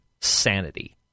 Sanity